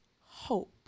hope